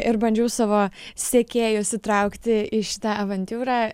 ir bandžiau savo sekėjus įtraukti į šitą avantiūrą